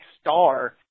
star